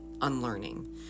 unlearning